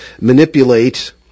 manipulate